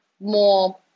more